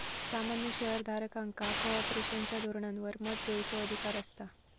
सामान्य शेयर धारकांका कॉर्पोरेशनच्या धोरणांवर मत देवचो अधिकार असता